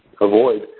avoid